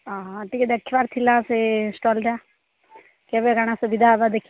ହଁ ଟିକେ ଦେଖିବାର ଥିଲା ସେ ଷ୍ଟଲ୍ଟା କେବେ କାଣା ସୁବିଧା ହେବା ଦେଖି